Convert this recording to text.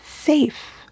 Safe